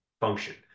function